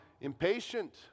impatient